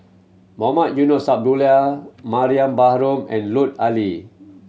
Mohamed Eunos Abdullah Mariam Baharom and Lut Ali